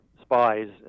spies